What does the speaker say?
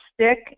stick